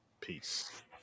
Peace